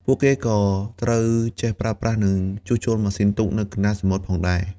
ពួកគេក៏ត្រូវចេះប្រើប្រាស់ និងជួសជុលម៉ាស៊ីនទូកនៅកណ្ដាលសមុទ្រផងដែរ។